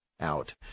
out